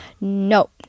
No